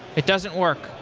it doesn't work.